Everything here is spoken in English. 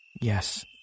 yes